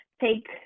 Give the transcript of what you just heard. take